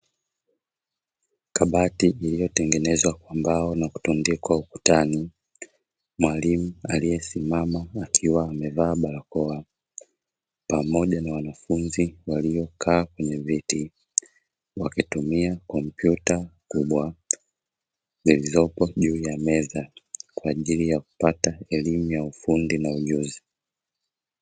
Kabati iliyotengenezwa kwa mbao na kutundikwa ukutani, mwalimu aliyesimama akiwa amevaa barakoa pamoja na wanafunzi waliokaa kwenye viti wakitumia kompyuta kubwa zilizopo juu ya meza kwa ajili ya kupata elimu ya ufundi na ujuzi.